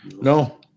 No